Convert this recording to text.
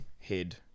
head